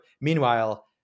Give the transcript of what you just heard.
meanwhile